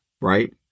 right